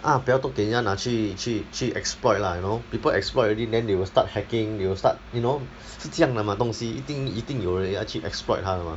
ah 比较多给人家拿去去去 exploit lah you know people exploit already then they will start hacking they will start you know 是这样的 mah 东西一定一定有人要去 exploit 它的 mah